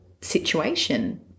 situation